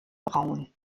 braun